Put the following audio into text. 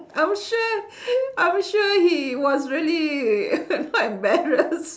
I'm sure I'm sure he was really quite embarrassed